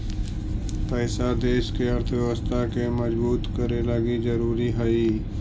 पैसा देश के अर्थव्यवस्था के मजबूत करे लगी ज़रूरी हई